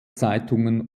zeitungen